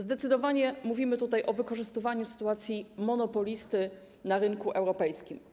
Zdecydowanie mówimy tutaj o wykorzystywaniu sytuacji monopolisty na rynku europejskim.